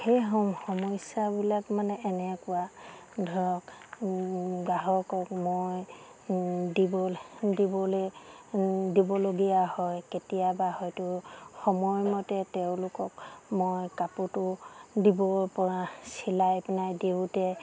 সেই সমস্যাবিলাক মানে এনেকুৱা ধৰক গ্ৰাহকক মই দিবলৈ দিবলৈ দিবলগীয়া হয় কেতিয়াবা হয়তো সময়মতে তেওঁলোকক মই কাপোৰটো দিব পৰা চিলাই পিনাই দিওঁতে